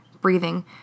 breathing